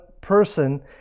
person